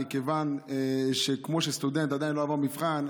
מכיוון שכמו שסטודנט עדיין לא עבר מבחן,